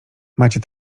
macie